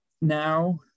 now